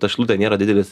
ta šilutė nėra didelis